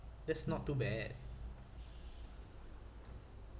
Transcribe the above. that's not too bad